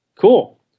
Cool